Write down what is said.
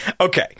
okay